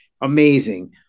Amazing